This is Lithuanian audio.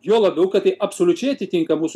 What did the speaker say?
juo labiau kad tai absoliučiai atitinka mūsų